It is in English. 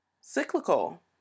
cyclical